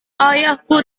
ayahku